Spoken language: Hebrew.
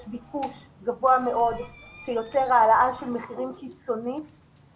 יש ביקוש גבוה מאוד שיוצר העלאה קיצונית של מחירים.